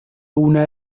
una